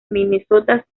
minnesota